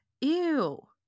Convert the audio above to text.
Ew